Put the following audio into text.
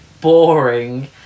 boring